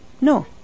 No